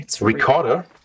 Recorder